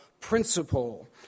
principle